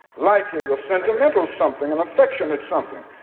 like is a sentimental something, an affectionate something.